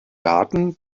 daten